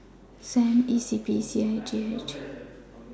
S A M E C P and C H I J